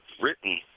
written